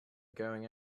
going